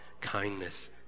kindness